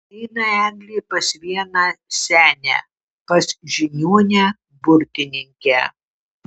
eina eglė pas vieną senę pas žiniuonę burtininkę